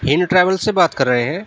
ہند travel سے بات کر رہے ہیں